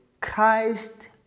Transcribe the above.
Christ